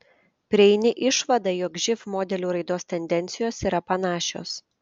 prieini išvadą jog živ modelių raidos tendencijos yra panašios